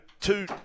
two